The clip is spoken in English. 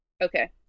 Okay